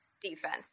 defense